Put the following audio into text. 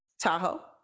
Tahoe